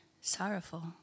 sorrowful